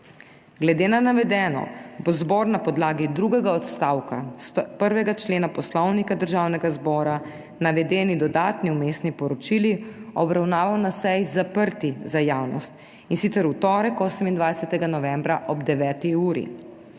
Glede na navedeno bo zbor na podlagi drugega odstavka 101. člena Poslovnika Državnega zbora navedeni dodatni vmesni poročili obravnaval na seji, zaprti za javnost, in sicer v torek, 28. novembra, ob 9. uri.